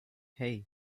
hei